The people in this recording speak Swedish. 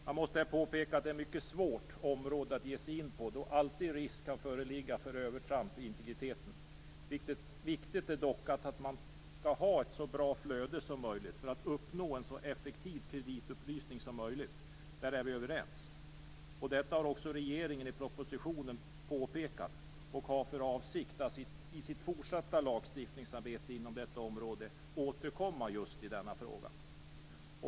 Man måste här påpeka att det här är ett mycket svårt område att ge sig in på, då alltid risk kan föreligga för övertramp i integriteten. Viktigt är dock att man skall ha ett så bra flöde som möjligt för att uppnå en så effektiv kreditupplysning som möjligt. Där är vi överens. Detta har också regeringen påpekat i propositionen, och man har för avsikt att i sitt fortsatta lagstiftningsarbete på detta område återkomma just i denna fråga.